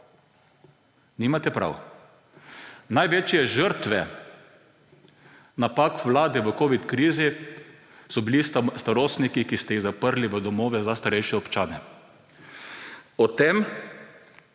Nimate prav. Največje žrtve napak vlade v covid krizi so bili starostniki, ki ste jih zaprli v domove za starejše občane. O tem